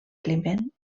climent